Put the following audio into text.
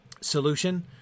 solution